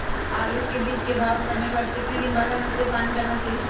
आलू के बीज के भाव करने के बाद कितने दिन बाद हमें उसने पानी डाला चाहिए?